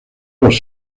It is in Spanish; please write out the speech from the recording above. los